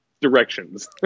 directions